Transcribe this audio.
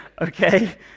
okay